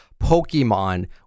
Pokemon